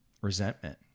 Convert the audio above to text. resentment